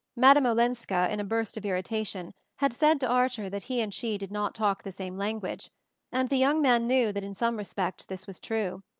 madame olenska, in a burst of irritation, had said to archer that he and she did not talk the same language and the young man knew that in some respects this was true.